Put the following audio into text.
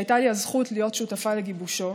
שהייתה לי הזכות להיות שותפה לגיבושו,